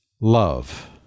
love